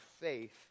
faith